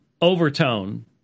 overtone